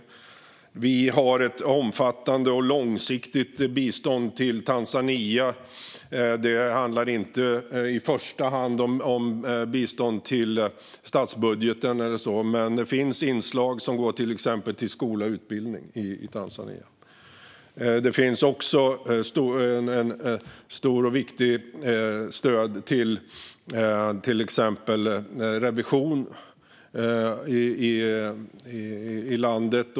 Sverige har ett omfattande och långsiktigt bistånd till Tanzania. Det handlar inte i första hand om bistånd till statsbudgeten, men det finns inslag som exempelvis går till skola och utbildning i Tanzania. Det finns också ett stort och viktigt stöd till exempelvis revision i landet.